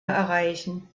erreichen